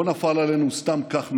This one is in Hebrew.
לא נפל עלינו סתם כך מהשמיים.